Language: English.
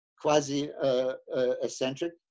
quasi-eccentric